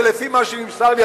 ולפי מה שנמסר לי,